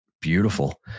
Beautiful